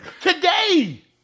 Today